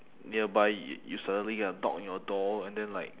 nearby y~ you suddenly get a knock on your door and then like